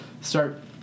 start